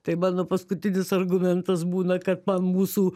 tai mano paskutinis argumentas būna kad man mūsų